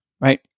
right